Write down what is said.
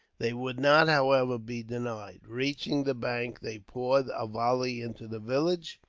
they would not, however, be denied. reaching the bank, they poured a volley into the village,